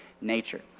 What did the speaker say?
nature